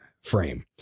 frame